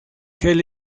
quel